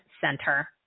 center